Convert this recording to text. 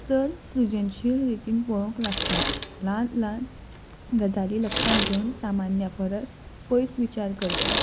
चड सृजनशील रितीन पळोंक लागतात ल्हान ल्हान गजाली लक्षांत घेवन सामान्या परस पयस विचार करतात